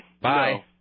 Bye